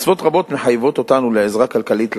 מצוות רבות מחייבות אותנו לעזרה כלכלית לחלשים.